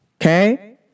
Okay